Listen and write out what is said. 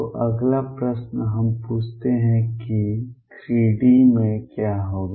तो अगला प्रश्न हम पूछते हैं कि 3 D में क्या होगा